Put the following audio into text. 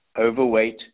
overweight